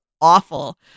awful